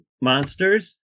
Monsters